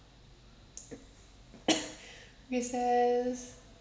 recess